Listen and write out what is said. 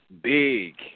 big